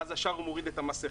ואז ישר הוא מוריד את המסכה.